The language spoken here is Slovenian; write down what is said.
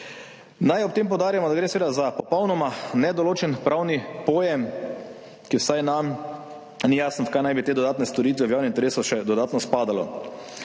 Naj ob tem poudarimo, da gre seveda za popolnoma nedoločen pravni pojem, vsaj nam ni jasno, kam naj bi te dodatne storitve v javnem interesu še dodatno spadale.